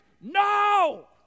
no